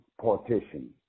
partition